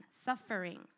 suffering